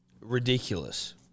ridiculous